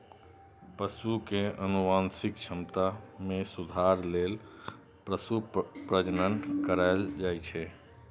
पशु के आनुवंशिक क्षमता मे सुधार लेल पशु प्रजनन कराएल जाइ छै